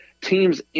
teams